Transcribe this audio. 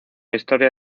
historia